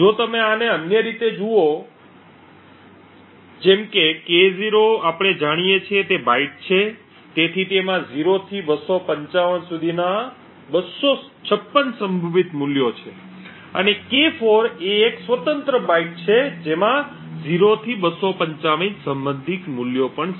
જો તમે આને અન્ય રીતે જુઓ K0 આપણે જાણીએ છીએ તે બાઇટ છે તેથી તેમાં 0 થી 255 સુધીના 256 સંભવિત મૂલ્યો છે અને K4 એ એક અન્ય સ્વતંત્ર બાઇટ છે જેમાં 0 થી 255 સંભવિત મૂલ્યો પણ છે